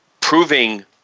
proving